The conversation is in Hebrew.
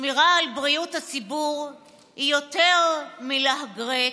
שמירה על בריאות הציבור היא יותר מלהג ריק,